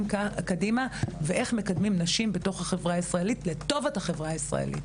קדימה ובאופן שבו מקדמים נשים בתוך החברה הישראלית לטובת החברה הישראלית.